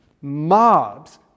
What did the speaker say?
mobs